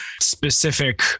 specific